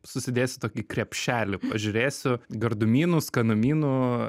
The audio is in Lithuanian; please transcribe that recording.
susidėsi tokį krepšelį pažiūrėsiu gardumynų skanumynų